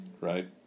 Right